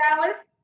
Dallas